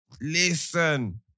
listen